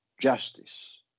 justice